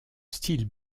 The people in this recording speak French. style